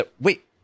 wait